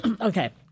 Okay